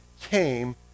came